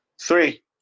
Three